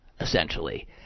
essentially